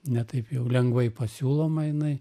ne taip jau lengvai pasiūloma jinai